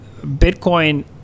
Bitcoin